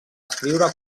escriure